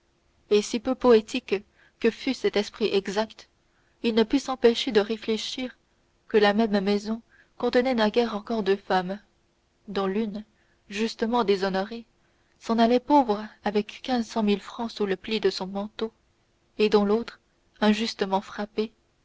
et si peu poétique que fût cet esprit exact il ne put s'empêcher de réfléchir que la même maison contenait naguère encore deux femmes dont l'une justement déshonorée s'en allait pauvre avec quinze cent mille francs sous le pli de son manteau et dont l'autre injustement frappée